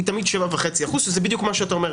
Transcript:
היא תמיד 7.5 אחוזים שזה בדיוק מה שאתה אומר.